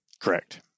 correct